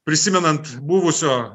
prisimenant buvusio